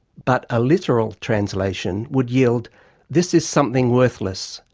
but a literal translation would yield this is something worthless.